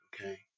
Okay